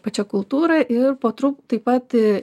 pačia kultūra ir po truputį taip pat